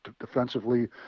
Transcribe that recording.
defensively